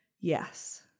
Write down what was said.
Yes